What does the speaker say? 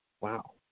Wow